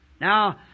Now